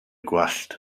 gwallt